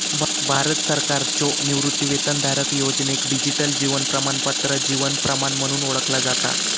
भारत सरकारच्यो निवृत्तीवेतनधारक योजनेक डिजिटल जीवन प्रमाणपत्र जीवन प्रमाण म्हणून ओळखला जाता